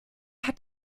hat